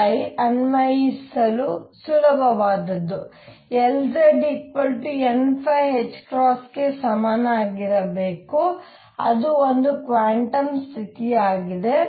pdϕ ಅನ್ವಯಿಸಲು ಸುಲಭವಾದದ್ದು Lzn ಗೆ ಸಮನಾಗಿರಬೇಕು ಅದು ಒಂದು ಕ್ವಾಂಟಮ್ ಸ್ಥಿತಿಯಾಗಿದೆ